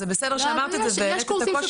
אז זה בסדר שאמרת את זה והעלית את הקושי